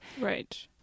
right